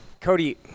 Cody